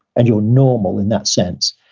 and you're normal in that sense,